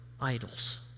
idols